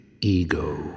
ego